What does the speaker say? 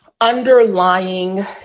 underlying